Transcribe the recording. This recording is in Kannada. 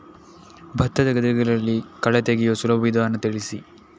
ಭತ್ತದ ಗದ್ದೆಗಳಲ್ಲಿ ಕಳೆ ತೆಗೆಯುವ ಸುಲಭ ವಿಧಾನ ತಿಳಿಸಿ?